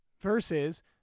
versus